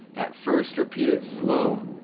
at first repeat it slow!